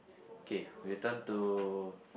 K return to